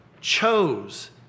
chose